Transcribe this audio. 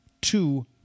two